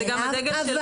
זה גם הדגל שלהם.